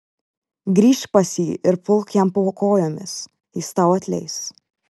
grįžk pas jį ir pulk jam po kojomis jis tau atleis